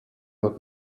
not